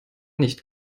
nicht